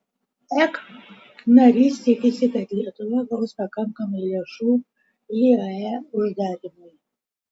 ek narys tikisi kad lietuva gaus pakankamai lėšų iae uždarymui